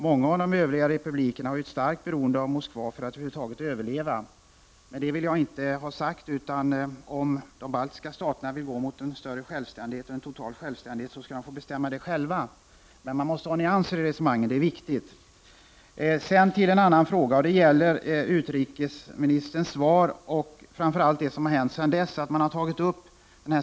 Många av de övriga republikerna har ju ett starkt beroende av Moskva, för att över huvud taget överleva. Med det vill jag inte ha sagt annat än att om de baltiska staterna vill gå mot en större självständighet och en total självständighet så skall de få bestämma det själva. Man måste dock ha nyanser i sitt sätt att resonera, det är viktigt. Sedan till en annan fråga. Det gäller utrikesministerns svar, och framför allt det som har hänt sedan dess.